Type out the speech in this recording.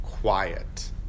Quiet